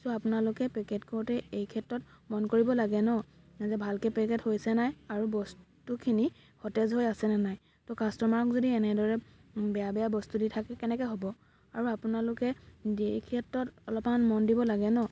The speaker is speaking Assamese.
চ' আপোনালোকে পেকেট কৰোঁতে এইক্ষেত্ৰত মন কৰিব লাগে ন মানে ভালকৈ পেকেট হৈছে নাই আৰু বস্তুখিনি সতেজ হৈ আছেনে নাই ত' কাষ্টমাৰক যদি এনেদৰে বেয়া বেয়া বস্তু দি থাকে কেনেকৈ হ'ব আৰু আপোনালোকে এই ক্ষেত্ৰত অলপমান মন দিব লাগে ন